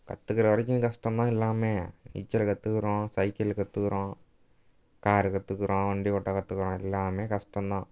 கத்துக்கிற வரைக்கும் கஷ்டம் தான் எல்லாமே நீச்சல் கத்துக்கிறோம் சைக்கிள் கத்துக்கிறோம் காரு கத்துக்கிறோம் வண்டி ஓட்ட கத்துக்கிறோம் எல்லாமே கஷ்டம் தான்